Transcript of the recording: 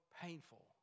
painful